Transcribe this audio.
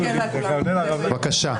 בבקשה.